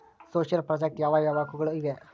Social project ಯಾವ ಯಾವ ಹಕ್ಕುಗಳು ಇವೆ?